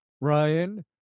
Ryan